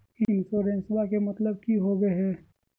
इंसोरेंसेबा के मतलब की होवे है?